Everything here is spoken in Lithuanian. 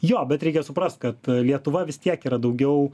jo bet reikia suprast kad lietuva vis tiek yra daugiau